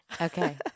Okay